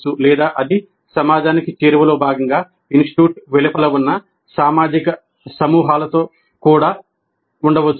లేదా అది సమాజానికి చేరువలో భాగంగా ఇన్స్టిట్యూట్ వెలుపల ఉన్న సామాజిక సమూహాలతో కూడా ఉండవచ్చు